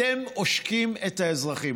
אתם עושקים את האזרחים.